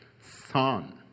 Son